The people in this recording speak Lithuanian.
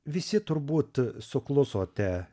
visi turbūt suklusote